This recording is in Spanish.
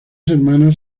hermanas